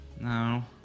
No